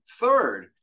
third